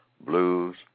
blues